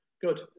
Good